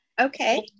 okay